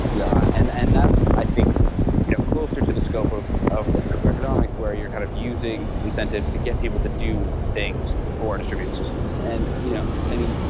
yeah and and that's i think you know closer to the scope of of cryptoeconomics, where you're kind of using incentives to get people to do things for distributed systems and yeah i mean,